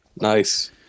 Nice